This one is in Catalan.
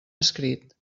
escrit